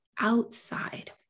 outside